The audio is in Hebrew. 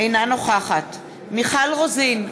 אינה נוכחת מיכל רוזין,